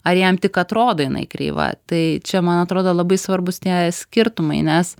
ar jam tik atrodo jinai kreiva tai čia man atrodo labai svarbūs tie skirtumai nes